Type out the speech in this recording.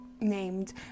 Named